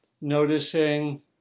noticing